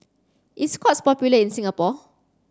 is Scott's popular in Singapore